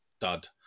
dud